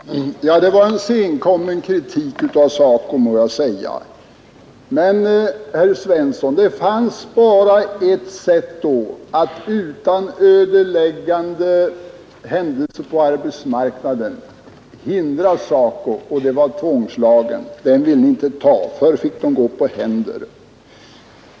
Fru talman! Det var en senkommen kritik av SACO, må jag säga. Men, herr Svensson i Malmö, det fanns bara ett sätt då att utan ödeläggande händelser på arbetsmarknaden hindra SACO, och det var tvångslagen. Den ville ni inte godta. Förr fick de gå på händer.